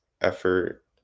effort